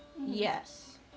Yes